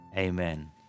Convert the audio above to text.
Amen